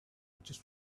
just